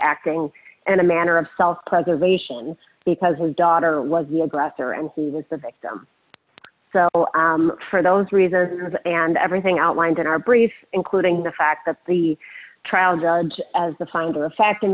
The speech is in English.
acting in a manner of self preservation because the daughter was the aggressor and he was the victim so for those reasons and everything outlined in our brief including the fact that the trial judge as the finder of fact in